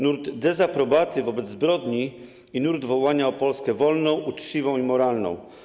Nurt dezaprobaty wobec zbrodni i nurt wołania o Polskę wolną, uczciwą i moralną.